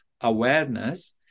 awareness